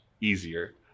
easier